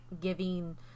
giving